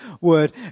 word